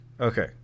Okay